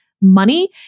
money